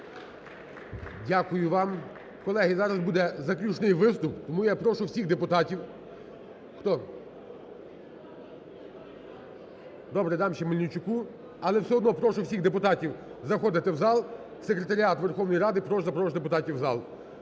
Дякую вам. Колеги, зараз буде заключний виступ. Тому я прошу всіх депутатів… Хто? Добре, дам ще Мельничуку. Але все одно прошу всіх депутатів заходити у зал. Секретаріат Верховної Ради прошу запрошувати депутатів у зал.